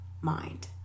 mind